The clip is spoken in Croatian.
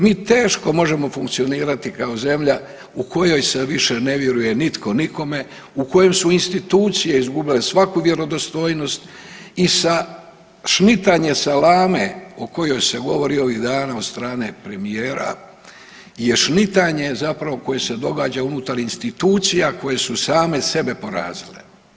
Mi teško možemo funkcionirati kao zemlja u kojoj se ne vjeruje nitko nikome, u kojem su institucije izgubile svaku vjerodostojnost i sa šnitanje salame o kojoj se govori ovih dana od strane premijera je šnitanje zapravo koje se događa unutar institucija koje su same sebe porazile.